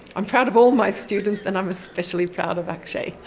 i'm proud of all my students and i'm especially proud of akshay.